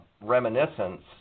reminiscence